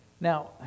Now